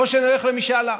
או שנלך למשאל עם.